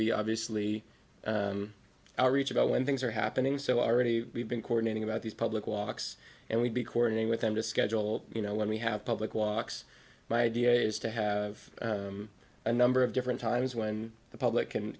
be obviously our reach about when things are happening so already we've been coordinating about these public walks and we be coordinating with them to schedule you know when we have public woks my idea is to have a number of different times when the public can